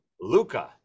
Luca